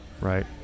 Right